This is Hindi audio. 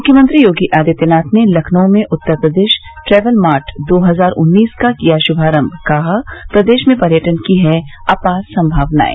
मुख्यमंत्री योगी आदित्यनाथ ने लखनऊ में उत्तर प्रदेश ट्रैवल मार्ट दो हजार उन्नीस का किया शुभारम्भ कहा प्रदेश में पर्यटन की है अपार संभावनाएं